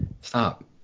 stop